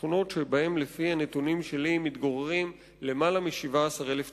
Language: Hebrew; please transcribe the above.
בשכונות שבהן לפי הנתונים שלי מתגוררים למעלה מ-17,000 תושבים,